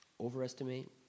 overestimate